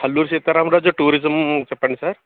Alluri Sitaramaraju tourism చెప్పండి sir